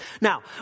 Now